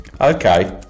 Okay